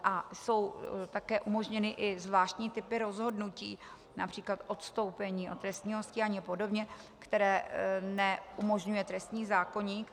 A jsou také umožněny i zvláštní typy rozhodnutí, například odstoupení od trestního stíhání a podobně, které neumožňuje trestní zákoník.